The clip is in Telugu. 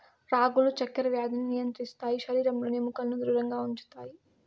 రాగులు చక్కర వ్యాధిని నియంత్రిస్తాయి శరీరంలోని ఎముకలను ధృడంగా ఉంచుతాయి